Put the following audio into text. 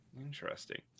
Interesting